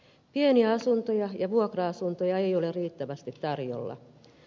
pieniä asuntoja ja vuokra asuntoja ei ole riittävästi tarjolla